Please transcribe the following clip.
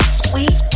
sweet